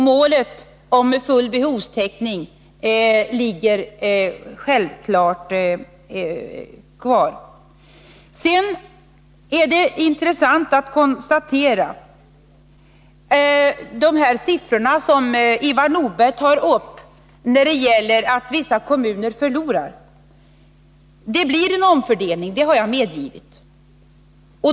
Målet om en full behovstäckning ligger självfallet fast. Det är intressant att konstatera en sak beträffande de siffror som Ivar Nordberg redovisar för att påvisa att vissa kommuner skulle förlora på detta. Det blir en omfördelning, det har jag medgivit.